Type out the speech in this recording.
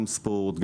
גם ספורט,